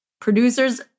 producers